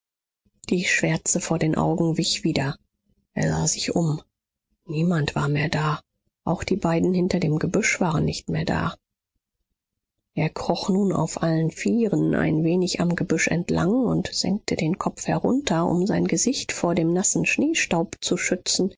die schwärze vor den augen wich wieder er sah sich um niemand war mehr da auch die beiden hinter dem gebüsch waren nicht mehr da er kroch nun auf allen vieren ein wenig am gebüsch entlang und senkte den kopf herunter um sein gesicht vor dem nassen schneestaub zu schützen